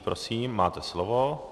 Prosím, máte slovo.